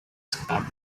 scrap